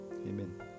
Amen